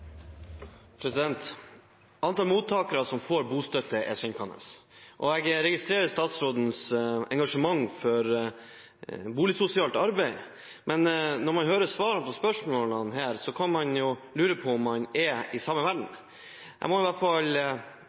synkende. Jeg registrerer statsrådens engasjement for boligsosialt arbeid, men når man hører svarene på spørsmålene her, kan man lure på om man er i samme verden. Jeg må i hvert fall